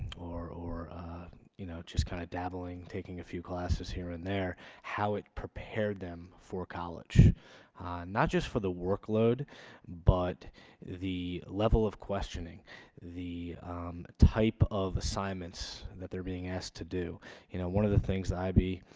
or or you know just kind of dabbling taking a few classes here and there how it prepared them for college not just for the workload but the level of questioning the type of assignments that they're being asked to do you know one of the things the ib